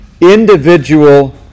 Individual